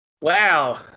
Wow